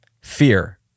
fear